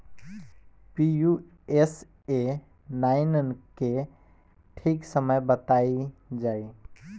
Pusa nine के ठीक समय बताई जाई?